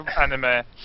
anime